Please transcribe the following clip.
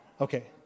Okay